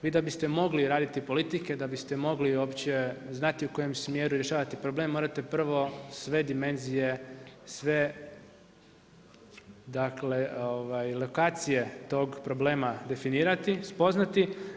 Vi da biste mogli raditi politike, da biste mogli uopće znati u kojem smjeru rješavati problem morate prvo sve dimenzije, sve dakle lokacije tog problema definirati, spoznati.